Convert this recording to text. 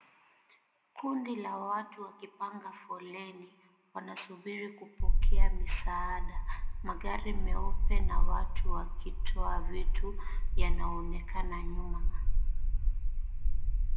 Kundi la watu wakipanga foleni, wanasubiri kupokea misaada. Magari meupe na watu wakitwaa vitu yanaonekana nyuma.